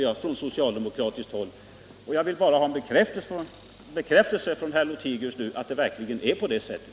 Jag vill nu bara ha en bekräftelse från herr Lothigius att det verkligen är på det sättet.